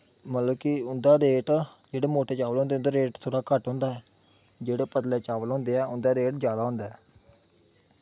मतलब कि उं'दा रेट जेह्ड़े मोटे चाबल होंदे न उं'दा रेट थोह्ड़ा घट्ट होंदा ऐ जेह्ड़े पतले चावल होंदे ऐ ते उ'दा रेट थोह्ड़ा जैदा होंदा ऐ